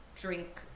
drink